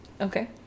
Okay